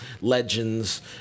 legends